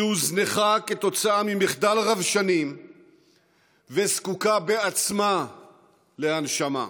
שהוזנחה כתוצאה ממחדל רב-שנים וזקוקה בעצמה להנשמה.